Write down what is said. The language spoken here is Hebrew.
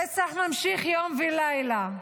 הרצח ממשיך יום ולילה,